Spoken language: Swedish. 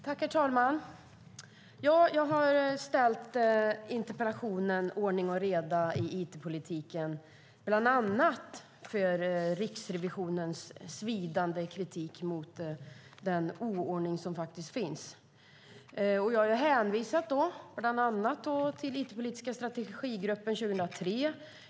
Herr talman! Jag har ställt interpellationen Ordning och reda i it-politiken bland annat på grund av Riksrevisionens svidande kritik mot den oordning som faktiskt finns. Jag har hänvisat bland annat till den it-politiska strategigrupp som tillsattes 2003.